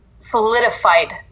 solidified